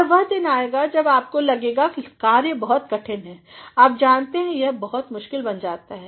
और वह दिन आएगा जब आपको लगेगा कार्य बहुत कठिन है आप जानते हैं यह बहुत मुश्किल बन जाता है